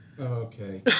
Okay